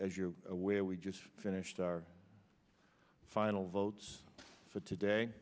as you're aware we just finished our final votes today